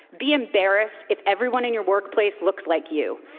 be embarrassed if everyone in your workplace looks like you.